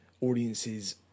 audiences